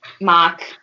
mark